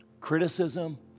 Criticism